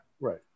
right